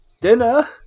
Dinner